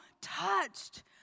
touched